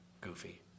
goofy